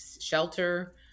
Shelter